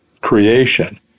creation